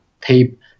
tape